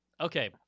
okay